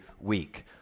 week